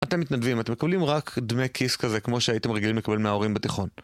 אתם מתנדבים, אתם מקבלים רק דמי כיס כזה, כמו שהייתם רגילים לקבל מההורים בתיכון.